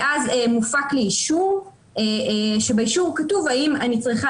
ואז זה מופק לאישור כשבאישור כתוב האם אני צריכה